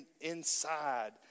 inside